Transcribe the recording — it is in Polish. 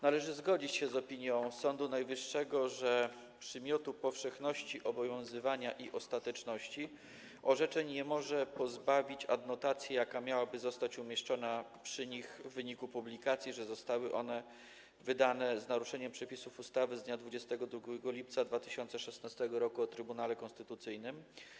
Należy zgodzić się z opinią Sądu Najwyższego, że przymiotu powszechności obowiązywania i ostateczności orzeczeń nie może pozbawić adnotacja, jaka miałaby zostać umieszczona przy nich w wyniku publikacji, że zostały one wydane z naruszeniem przepisów ustawy z dnia 22 lipca 2016 r. o Trybunale Konstytucyjnym.